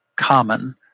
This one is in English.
common